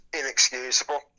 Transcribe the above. inexcusable